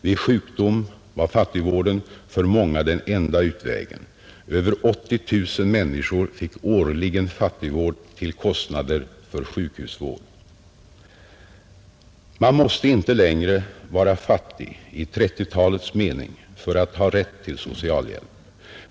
Vid sjukdom var fattigvården för många enda utvägen. Över 80 000 människor fick årligen fattigvård till kostnader för sjukhusvård. Man måste inte längre vara fattig i 1930-talets mening för att ha rätt till socialhjälp.